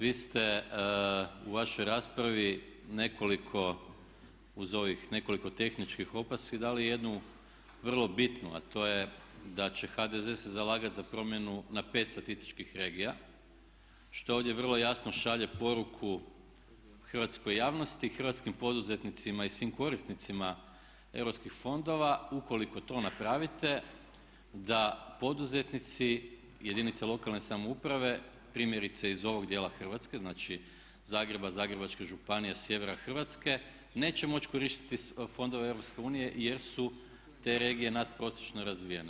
Vi ste u vašoj raspravi nekoliko, uz ovih nekoliko tehničkih opaski dali jednu vrlo bitnu a to je da će HDZ se zalagati za promjenu na 5 statistički regija što ovdje vrlo jasno šalje poruku hrvatskoj javnosti, hrvatskim poduzetnicima i svim korisnicima europskih fondova, ukoliko to napravite da poduzetnici jedinice lokalne samouprave primjerice iz ovog dijela Hrvatske znači Zagreba, Zagrebačke županije, sjevera Hrvatske neće moći koristiti fondove Europske unije jer su te regije natprosječno razvijene.